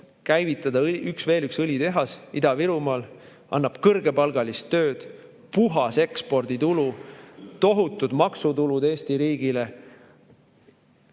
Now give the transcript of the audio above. käivitada veel üks õlitehas Ida-Virumaal, mis annaks kõrgepalgalist tööd, tooks puhast eksporditulu, tohutuid maksutulusid Eesti riigile